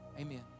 Amen